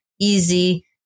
easy